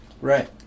Right